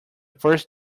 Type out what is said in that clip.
first